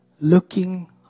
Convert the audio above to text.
Looking